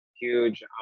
huge